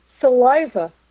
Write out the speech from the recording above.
Saliva